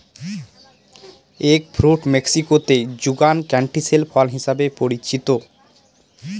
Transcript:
egg fruit মেক্সিকোতে যুগান canistel ফল হিসাবে পরিচিত